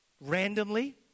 randomly